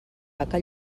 haca